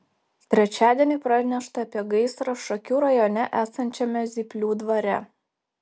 trečiadienį pranešta apie gaisrą šakių rajone esančiame zyplių dvare